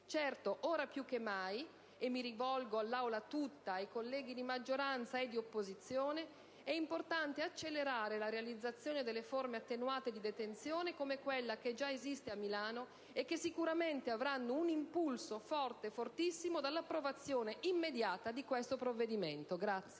Certo, ora più che mai, e mi rivolgo all'Aula tutta, ai colleghi di maggioranza e di opposizione, è importante accelerare la realizzazione delle forme attenuate di detenzione, come quella che già esiste a Milano, che sicuramente avranno un impulso fortissimo dall'approvazione immediata di questo provvedimento.